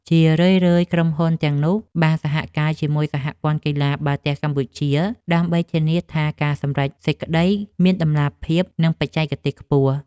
ជារឿយៗ ក្រុមហ៊ុនទាំងនោះបានសហការជាមួយសហព័ន្ធកីឡាបាល់ទះកម្ពុជា ដើម្បីធានាថាការសម្រេចសេចក្ដីមានតម្លាភាព និងបច្ចេកទេសខ្ពស់។